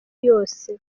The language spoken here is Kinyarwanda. yose